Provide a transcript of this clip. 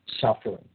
suffering